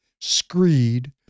screed